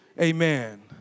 amen